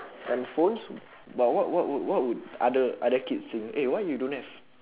no phones but what what would what would other other kids think eh why you don't have